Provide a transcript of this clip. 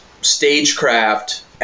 stagecraft